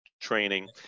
training